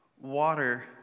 water